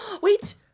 wait